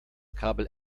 kabel